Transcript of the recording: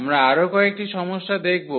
আমরা আরও কয়েকটি সমস্যা দেখব